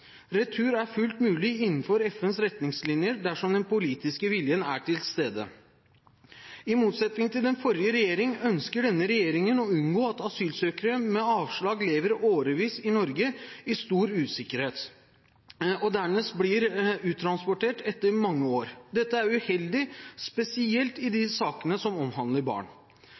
Retur er fullt mulig innenfor FNs retningslinjer dersom den politiske viljen er til stede. I motsetning til den forrige regjeringen ønsker denne regjeringen å unngå at asylsøkere med avslag lever i årevis i Norge i stor usikkerhet og dernest blir uttransportert etter mange år. Dette er uheldig, spesielt i de